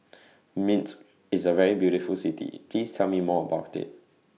Minsk IS A very beautiful City Please Tell Me More about IT